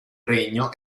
regno